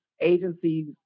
agencies